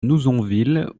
nouzonville